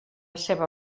seva